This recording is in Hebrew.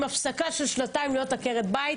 עם הפסקה של שנתיים להיות עקרת בית.